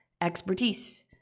Expertise